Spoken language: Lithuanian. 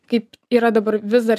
kaip yra dabar vis dar